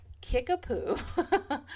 Kickapoo